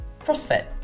CrossFit